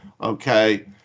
okay